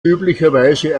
üblicherweise